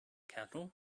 cattle